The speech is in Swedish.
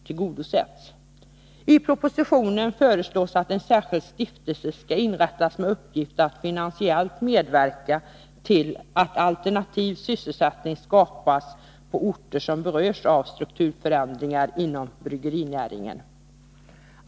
I propositionen föreslås att en särskild stiftelse skall inrättas med uppgift att finansiellt medverka till att alternativ sysselsättning skapas på orter som berörs av strukturförändringar inom bryggerinäringen.